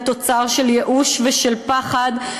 הוא תוצר של ייאוש ושל פחד.